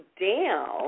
down